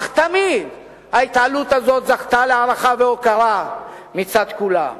אך תמיד ההתעלות הזאת זכתה להערכה ולהוקרה מצד כולם.